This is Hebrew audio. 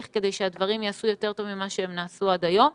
כדי שהדברים ייעשו יותר טוב ממה שהם נעשו עד היום,